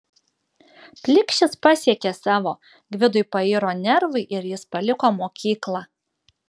plikšis pasiekė savo gvidui pairo nervai ir jis paliko mokyklą